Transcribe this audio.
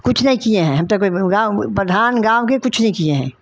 कुछ नहीं किए हैं हम तो कोई गाँव प्रधान गाँव के कुछ नहीं किए हैं